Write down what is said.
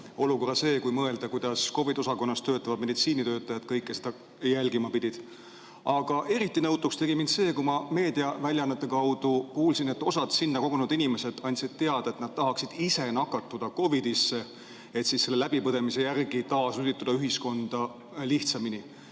olukorra see, kui mõelda, kuidas COVID-i osakonnas töötavad meditsiinitöötajad kõike seda jälgima pidid. Aga eriti nõutuks tegi mind see, kui ma meediaväljaannete kaudu kuulsin, et osa sinna kogunenud inimesi andis teada, et nad tahaksid ise nakatuda COVID-isse, et siis pärast selle läbipõdemist lihtsamini taas ühiskonda lülituda.